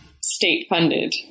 state-funded